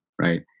right